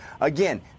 Again